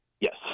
Yes